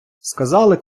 сказали